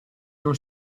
non